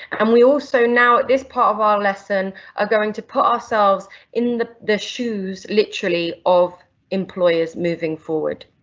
and we also now at this part of our lesson are going to put ourselves in the the shoes, literally of employers moving forward.